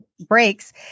breaks